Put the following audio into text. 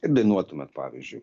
ir dainuotumėt pavyzdžiui